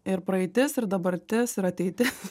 ir praeitis ir dabartis ir ateitis